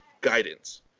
guidance